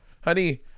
honey